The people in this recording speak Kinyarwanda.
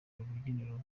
rubyiniro